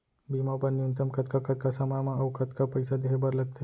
बीमा बर न्यूनतम कतका कतका समय मा अऊ कतका पइसा देहे बर लगथे